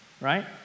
Right